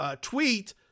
tweet